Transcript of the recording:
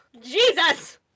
Jesus